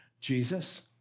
Jesus